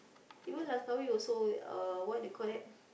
even Langkawi also what we called it